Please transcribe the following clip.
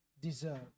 deserve